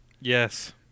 Yes